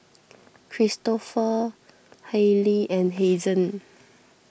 Kristofer Hailie and Hazen